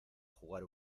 jugar